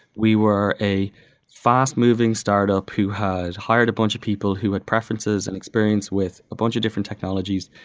we were a fast-moving startup who had hired a bunch of people who had preferences and experience with a bunch of different technologies.